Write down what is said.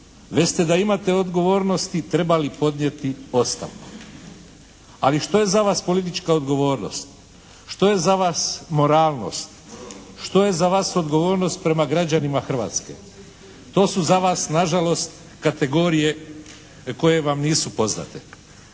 Već ste da imate odgovornosti trebali podnijeti ostavku. Ali što je za vas politička odgovornost? Što je za vas moralnost? Što je za vas odgovornost prema građanima Hrvatske? To su za vas nažalost kategorije koje vam nisu poznate.